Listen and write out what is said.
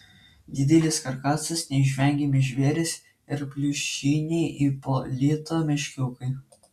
didelis karkasas neišvengiami žvėrys ir pliušiniai ipolito meškiukai